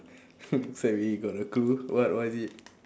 looks like we got a clue what what is it